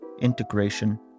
integration